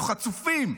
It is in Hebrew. חצופים.